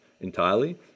entirely